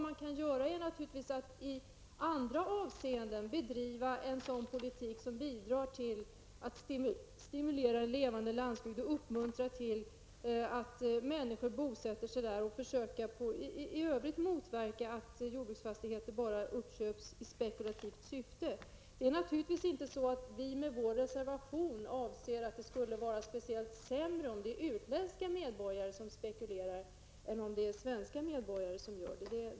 Man kan naturligtvis i andra avseenden bedriva en politik som bidrar till att stimulera en levande landsbygd och uppmuntrar människor till att bosätta sig på landsbygden. I övrigt får man försöka att motverka att jordbruksfastigheter bara uppköps i spekulativt syfte. Med vår reservation avser vi naturligtvis inte att det skulle vara speciellt sämre om det är utländska medborgare som spekulerar än om det är svenska medborgare som gör det.